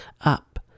up